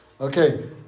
Okay